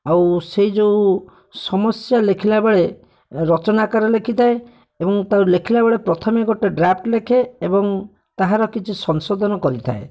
ଆଉ ସେଇଯୋଉ ସମସ୍ୟା ଲେଖିଲାବେଳେ ରଚନା ଆକାରରେ ଲେଖିଥାଏ ଏବଂ ତାକୁ ଲେଖିଲାବେଳେ ପ୍ରଥମେ ଗୋଟେ ଡ୍ରାଫ୍ଟ୍ ଲେଖେ ଏବଂ ତାହାର କିଛି ସଂଶୋଧନ କରିଥାଏ